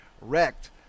wrecked